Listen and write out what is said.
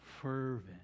fervent